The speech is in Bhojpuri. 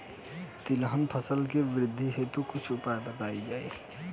तिलहन फसल के वृद्धी हेतु कुछ उपाय बताई जाई?